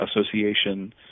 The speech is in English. Association